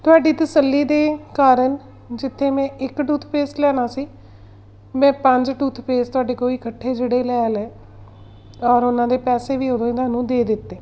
ਤੁਹਾਡੀ ਤਸੱਲੀ ਦੇ ਕਾਰਨ ਜਿੱਥੇ ਮੈਂ ਇੱਕ ਟੂਥਪੇਸਟ ਲੈਣਾ ਸੀ ਮੈਂ ਪੰਜ ਟੂਥਪੇਸਟ ਤੁਹਾਡੇ ਕੋ ਇਕੱਠੇ ਜਿਹੜੇ ਲੈ ਲਏ ਔਰ ਉਹਨਾਂ ਦੇ ਪੈਸੇ ਵੀ ਉਦੋਂ ਹੀ ਤੁਹਾਨੂੰ ਦੇ ਦਿੱਤੇ